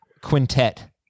quintet